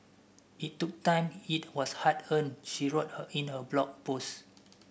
it took time it was hard earned she wrote her in her Blog Post